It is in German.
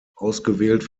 ausgewählt